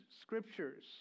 scriptures